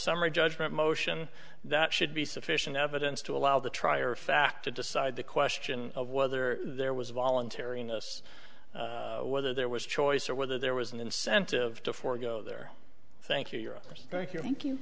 summary judgment motion that should be sufficient evidence to allow the trier of fact to decide the question of whether there was voluntariness whether there was choice or whether there was an incentive to forego their thank you yes thank you thank you